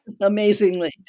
amazingly